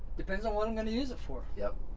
depends on what i'm gonna use it for. yep!